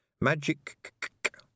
Magic